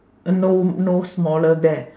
uh no no smaller bear